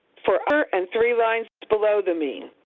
for upper, and three lines below the mean.